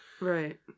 Right